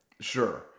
sure